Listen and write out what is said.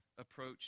approach